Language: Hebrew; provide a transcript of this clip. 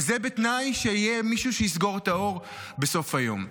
וזה בתנאי שיהיה מישהו שיסגור את האור בסוף היום.